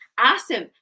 Awesome